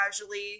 casually